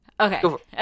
Okay